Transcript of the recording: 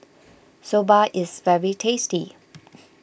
Soba is very tasty